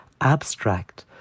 abstract